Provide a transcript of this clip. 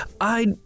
I-